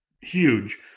huge